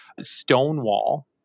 stonewall